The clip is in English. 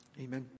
amen